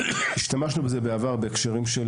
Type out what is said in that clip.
השתמשנו בזה בעבר בהקשר של